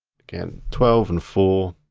again, twelve and four.